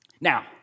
Now